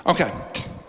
Okay